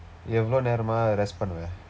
எவ்வளவு நேரமா:evvalvu neeramaa rest பண்ணுவ:pannuva